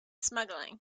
smuggling